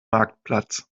marktplatz